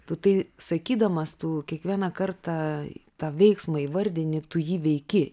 tu tai sakydamas tu kiekvieną kartą į tą veiksmą įvardini tu jį veiki